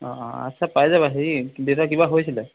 অঁ অঁ আচ্ছা পাই যাবা হেৰি দেউতাৰ কিবা হৈছিলে